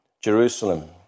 Jerusalem